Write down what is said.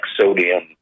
sodium